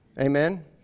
Amen